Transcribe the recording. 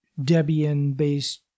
Debian-based